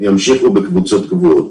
ימשיכו בקבוצות קבועות.